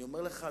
אני אומר לך,